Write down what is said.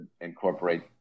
incorporate